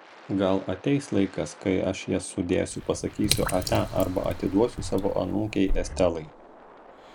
gal ateis laikas kai aš jas sudėsiu pasakysiu ate arba atiduosiu savo anūkei estelai